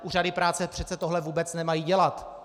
Úřady práce přece tohle vůbec nemají dělat.